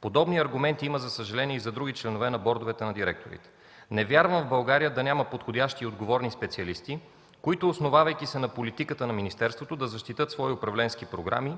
Подобни аргументи има, за съжаление, и за други членове на бордовете на директорите. Не вярвам в България да няма подходящи и отговорни специалисти, които, основавайки се на политиката на министерството, да защитят свои управленски програми,